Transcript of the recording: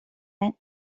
and